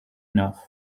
enough